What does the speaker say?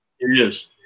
Yes